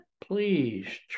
please